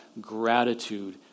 gratitude